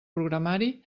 programari